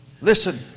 Listen